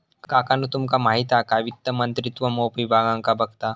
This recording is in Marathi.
काकानु तुमका माहित हा काय वित्त मंत्रित्व मोप विभागांका बघता